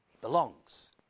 Belongs